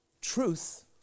Truth